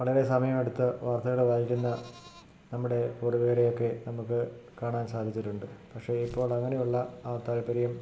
വളരെ സമയം എടുത്ത് വാർത്തകൾ വായിക്കുന്ന നമ്മുടെ പൂർവ്വീകരെയൊക്കെ നമുക്ക് കാണാൻ സാധിച്ചിട്ടുണ്ട് പക്ഷേ ഇപ്പോളങ്ങനെയുള്ള ആ താത്പര്യം